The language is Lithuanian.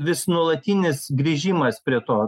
vis nuolatinis grįžimas prie to